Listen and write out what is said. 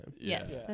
yes